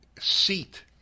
seat